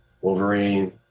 Wolverine